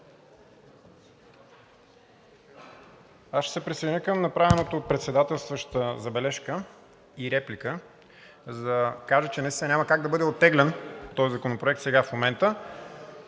Аз ще се присъединя към направената от председателстващата забележка и реплика, за да кажа, че наистина няма как да бъде оттеглен този законопроект сега в момента,